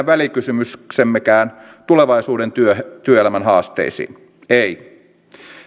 välikysymyksemmekään tulevaisuuden työelämän haasteisiin ei